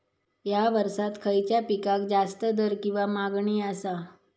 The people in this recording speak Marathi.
हया वर्सात खइच्या पिकाक जास्त दर किंवा मागणी आसा?